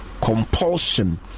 compulsion